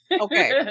Okay